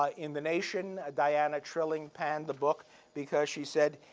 ah in the nation, diana trilling panned the book because she said